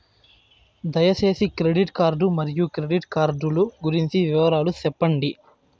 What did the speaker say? దయసేసి credit card మరియు credit card లు గురించి వివరాలు సెప్పండి?